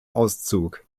auszug